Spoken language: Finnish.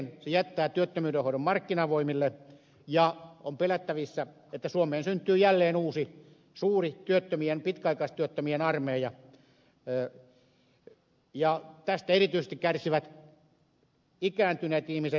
se jättää työttömyyden hoidon markkinavoimille ja on pelättävissä että suomeen syntyy jälleen uusi suuri työttömien pitkäaikaistyöttömien armeija ja tästä erityisesti kärsivät ikääntyneet ihmiset